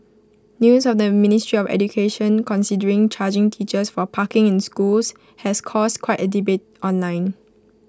news of the ministry of education considering charging teachers for parking in schools has caused quite A debate online